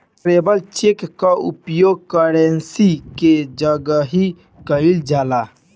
traveller cheque कअ उपयोग currency के जगही कईल जाला